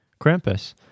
Krampus